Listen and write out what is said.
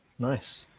nice,